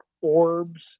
orbs